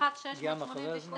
61,682